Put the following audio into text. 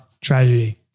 tragedy